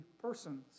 persons